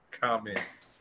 comments